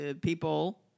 people